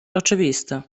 oczywista